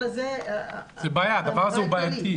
בעייתי.